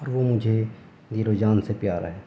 اور وہ مجھے دل و جان سے پیارا ہے